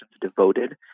devoted